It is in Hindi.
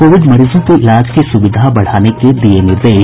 कोविड मरीजों के इलाज की सुविधा बढ़ाने के दिये निर्देश